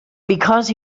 because